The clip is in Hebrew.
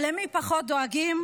אבל למי פחות דואגים?